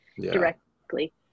directly